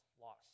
loss